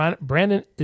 Brandon